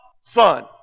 Son